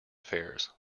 affairs